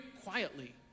quietly